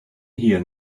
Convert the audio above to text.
here